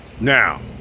Now